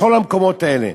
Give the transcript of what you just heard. בכל המקומות האלה.